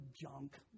junk